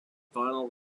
final